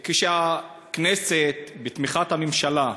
כשהכנסת, בתמיכת הממשלה,